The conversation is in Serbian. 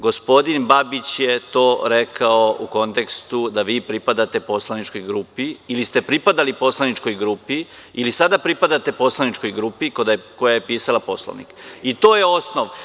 Gospodin Babić je to rekao u kontekstu da vi pripadate poslaničkoj grupi ili ste pripadali ili sada pripadate poslaničkoj grupi koja je pisala Poslovnik i to je osnov.